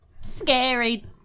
scary